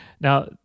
Now